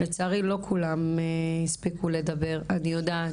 לצערי לא כולם הספיקו לדבר, אני יודעת.